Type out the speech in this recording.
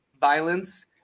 violence